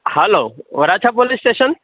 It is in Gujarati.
hello Varachha police station